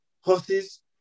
horses